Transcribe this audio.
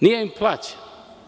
Nije im plaćeno.